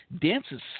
dances